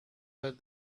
that